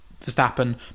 Verstappen